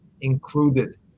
included